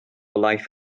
laeth